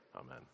Amen